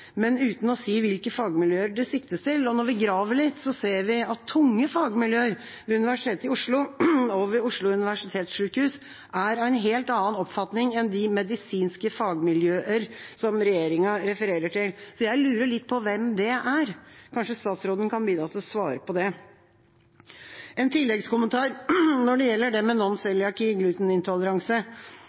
men uten å si hvilke fagmiljøer det siktes til. Når vi graver litt, ser vi at tunge fagmiljøer ved Universitetet i Oslo og ved Oslo universitetssykehus er av en helt annen oppfatning enn de «medisinske fagmiljøer» regjeringa refererer til. Så jeg lurer litt på hvem det er. Kanskje statsråden kan bidra til å svare på det? En tilleggskommentar når det gjelder dem med